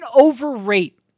overrate